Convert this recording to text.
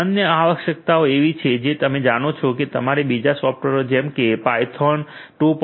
અન્ય આવશ્યકતાઓ એવી છે જે તમે જાણો છો કે તમારે બીજા સોફ્ટવેરે જેમ કે પાયથોન 2